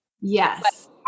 Yes